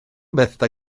bethau